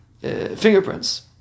fingerprints